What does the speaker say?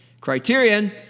criterion